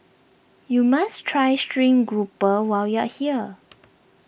you must try Stream Grouper while you are here